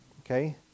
Okay